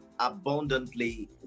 Abundantly